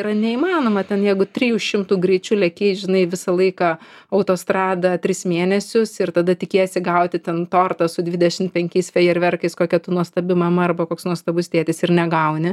yra neįmanoma ten jeigu trijų šimtų greičiu leki žinai visą laiką autostrada tris mėnesius ir tada tikiesi gauti ten tortą su dvidešim penkiais fejerverkais kokia tu nuostabi mama arba koks nuostabus tėtis ir negauni